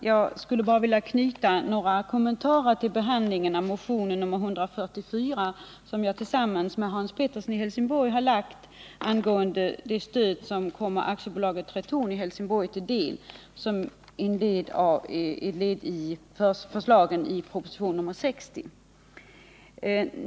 Herr talman! Jag vill knyta några kommentarer till behandlingen av motionen 144, som jag väckt tillsammans med Hans Pettersson i Helsingborg om det stöd som kommer Tretorn i Helsingborg till del som ett led i förslagen i propositionen 60.